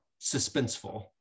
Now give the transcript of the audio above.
suspenseful